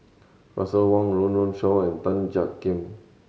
Russel Wong Run Run Shaw and Tan Jiak Kim